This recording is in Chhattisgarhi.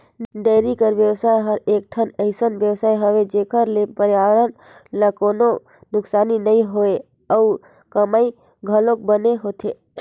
डेयरी कर बेवसाय हर एकठन अइसन बेवसाय हवे जेखर ले परयाबरन ल कोनों नुकसानी नइ होय अउ कमई घलोक बने होथे